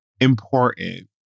important